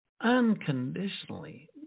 Unconditionally